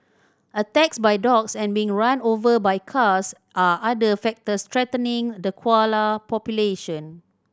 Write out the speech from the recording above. attacks by dogs and being run over by cars are other factors threatening the koala population